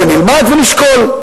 ונלמד ונשקול.